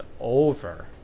over